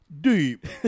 deep